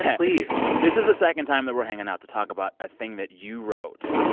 please this is the second time that we're hanging out to talk about a thing that you wrote.